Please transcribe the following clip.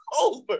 over